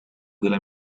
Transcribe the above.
della